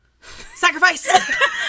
Sacrifice